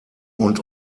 und